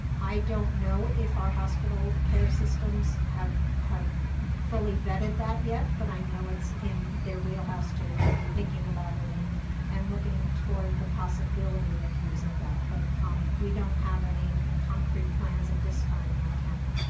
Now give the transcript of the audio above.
i don't know if our hospital care systems have have fully vetted that yet, but i know it's in in their wheelhouse to to be thinking about it and and looking toward the possibility of using that. but we don't have any concrete plans at this time in our county.